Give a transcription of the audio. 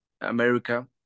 America